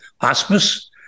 hospice